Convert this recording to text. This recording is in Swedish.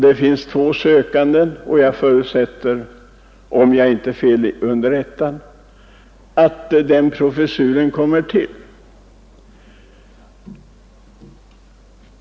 Det finns två sökande och jag förutsätter — om de uppgifter jag fått inte är felaktiga — att den professuren blir besatt.